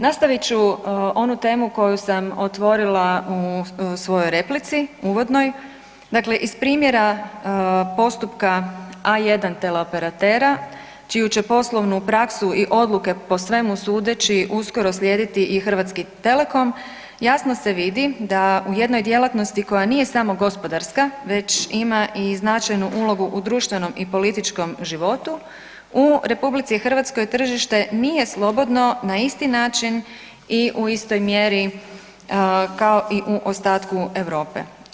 Nastavit ću onu temu koju sam otvorila u svojoj replici uvodnoj, dakle iz primjera postupka A1 teleoperatera čiju će poslovnu praksu i odluke po svemu sudeći uskoro slijediti i Hrvatski telekom, jasno se vidi da u jednoj djelatnosti koja nije samo gospodarska već ima i značajnu ulogu u društvenom i političkom životu u RH tržište nije slobodno na isti način i u istoj mjeri kao i u ostatku Europe.